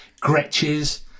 gretches